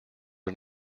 are